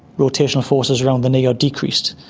rotational forces around the knee are decreased.